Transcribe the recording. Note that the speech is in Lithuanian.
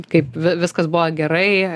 kaip vi viskas buvo gerai